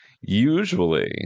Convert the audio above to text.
usually